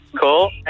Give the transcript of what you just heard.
Cool